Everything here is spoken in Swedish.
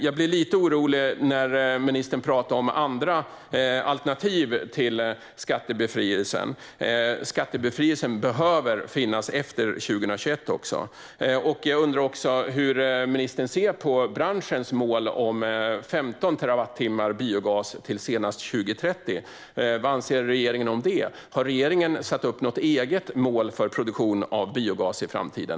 Jag blir lite orolig när ministern talar om andra alternativ till skattebefrielsen. Skattebefrielsen behöver finnas efter 2021 också. Jag undrar också hur ministern ser på branschens mål om 15 terawattimmar biogas till senast 2030. Vad anser regeringen om det? Har regeringen satt upp något eget mål för produktion av biogas i framtiden?